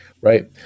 right